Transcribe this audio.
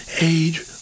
age